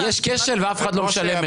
יש כשל ואף אחד לא משלם מחיר.